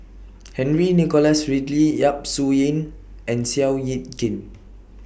Henry Nicholas Ridley Yap Su Yin and Seow Yit Kin